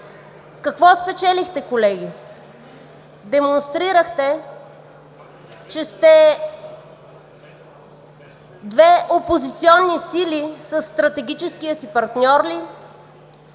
Какво спечелихте, колеги? Демонстрирахте, че сте две опозиционни сили – със стратегическия си партньор ли,